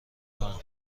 کنم